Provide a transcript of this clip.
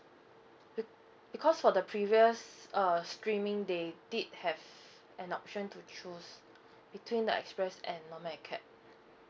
be~ because for the previous err streaming they did have an option to choose between the express at normal acad